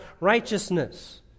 righteousness